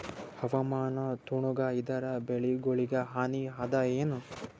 ಹವಾಮಾನ ತಣುಗ ಇದರ ಬೆಳೆಗೊಳಿಗ ಹಾನಿ ಅದಾಯೇನ?